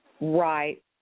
Right